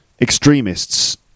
extremists